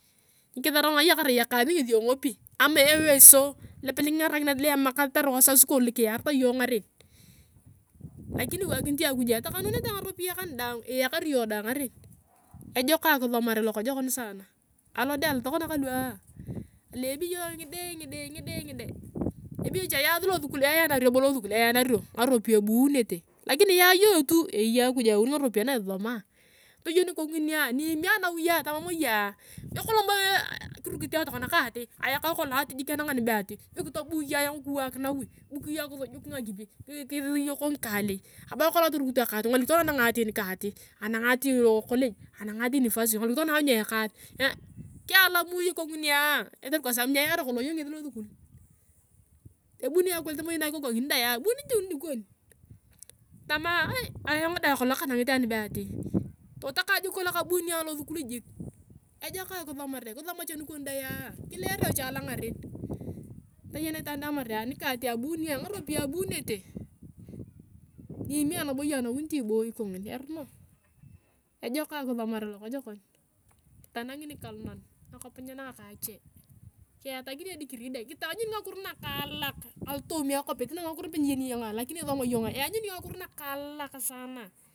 Kerai ekaas ngesi engopi ama eweso lope nyikingarakineta, lo emakataa wasasi kon loa kiyareta iyong ngaren lakini iwakinit iyong akuj etakanunete ngaropiyae kane daang iyakari iyong dae ngaren ejori akisomare lokojokon saana, alodee alutokana kalua alu abeyo ngide ngide ngide, ebeyo cha yasi losukul be eyanario bo losukul eyanario ngaropiyae ebunete, lakini yae iyong tu eyei akuj eyauni ngaropiyae na isusomaa. Toyen ikoku nginia ni ime anawi tama moia be kulong bo kirukit ayong tokona ka ati ayaka kolong ati anang nibe ati be kitobu iyong ayong kiwak nawi bu iyong ayang kisujuk ngakipi kisiyok ngikalei, anibo kolong atorukito kati kingolik tokona anang ati nika ati anang ati lokoj, anag ati uniposti kingolik tokona anyu ekaasi. Kilaumu iyong ikoku nginia kotere kwa sababu nyiera kolong iyong ngesi losuku. Ebuni akulif moi na ikoku kangini dea ebuni tu nikon tamaa ayong dae kolong kanangitia nibe afi, totokang kolong kabuni ayong alosuku jik. Ejok akisomare, kisomoi cha nikon dae kilere cha alongaren toyen itaan daang atamar nika ati abunia ngaropiyae ayaunete nyimie nabo iyong anawi niti iboyi kongina eruno. Ejok akisomare lokojokom kitanangi nikalunon akop nape nyienanga kaa ache kiyatakini edigrii deng, kitanyuni ngakiro nakaalak alotoomi akapita na ngakiro nape nyieni iyong lakini isomi iyongaa iyanyuni ngakito nakaalak saana.